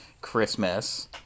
Christmas